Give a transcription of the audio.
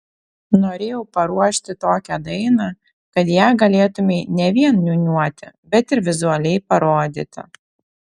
norėjau paruošti tokią dainą kad ją galėtumei ne vien niūniuoti bet ir vizualiai parodyti